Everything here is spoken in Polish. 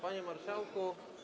Panie Marszałku!